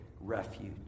refuge